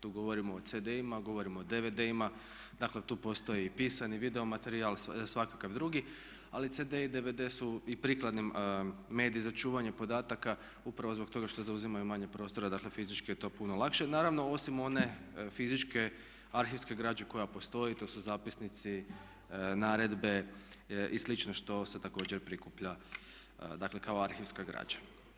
Tu govorimo o CD-ima, govorimo o DVD-ima, dakle tu postoji i pisani video materijal i svakakav drugi ali CD-i i DVD-i su i prikladni mediji za čuvanje podataka upravo zbog toga što zauzimanju manje prostora, dakle fizički je to puno lakše, naravno osim one fizičke arhivske građe koja postoji to su zapisnici naredbe i slično što se također prikuplja, dakle kao arhivska građa.